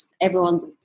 everyone's